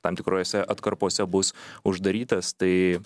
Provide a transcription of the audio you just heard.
tam tikrose atkarpose bus uždarytas tai